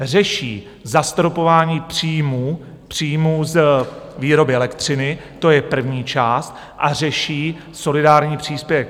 Řeší zastropování příjmů, příjmů z výroby elektřiny, to je první část, a řeší solidární příspěvek.